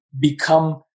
become